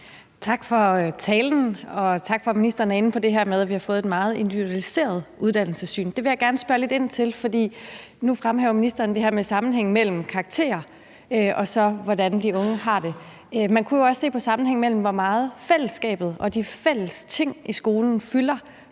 Tak for talen, og tak for, at ministeren kommer ind på det her med, at vi har fået et meget individualiseret uddannelsessyn. Det vil jeg gerne spørge lidt ind til, for nu fremhæver ministeren det her med sammenhængen mellem karakterer, og hvordan de unge har det. Man kunne jo også se på sammenhængen mellem, hvor meget fællesskabet og de fælles ting fylder